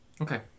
Okay